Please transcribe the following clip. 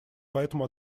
потому